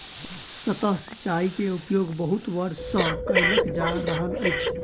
सतह सिचाई के उपयोग बहुत वर्ष सँ कयल जा रहल अछि